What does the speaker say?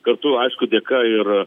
kartu aišku dėka ir